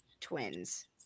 twins